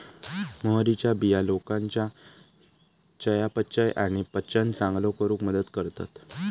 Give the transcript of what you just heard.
मोहरीच्या बिया लोकांच्या चयापचय आणि पचन चांगलो करूक मदत करतत